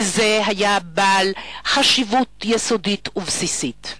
והיתה לזה חשיבות יסודית ובסיסית.